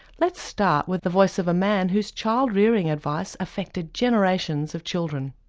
let's start with the voice of a man whose child rearing advice affected generations of children.